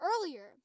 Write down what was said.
earlier